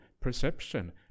perception